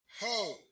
Ho